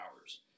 hours